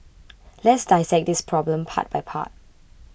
let's dissect this problem part by part